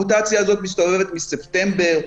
המוטציה הזאת מסתובבת מספטמבר,